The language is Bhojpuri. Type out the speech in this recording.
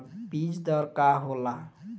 बीज दर का होला?